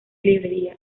librería